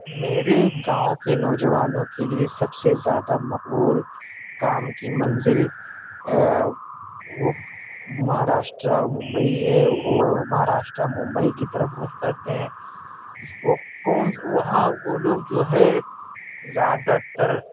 میرے گاؤں کے نوجوانوں کے لیے سب سے زیادہ مقبول کام کی منزل وہ مہاراشٹرا ممبئی ہے وہ مہاراشٹرا ممبئی کی طرف رخ کرتے ہیں وہ کون وہاں وہ لوگ جو ہے زیادہ تر